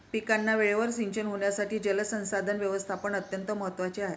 पिकांना वेळेवर सिंचन होण्यासाठी जलसंसाधन व्यवस्थापन अत्यंत महत्त्वाचे आहे